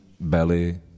belly